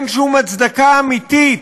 אין שום הצדקה אמיתית